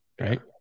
Right